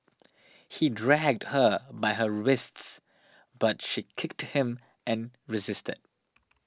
he dragged her by her wrists but she kicked him and resisted